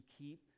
keep